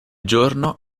giorno